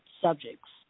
subjects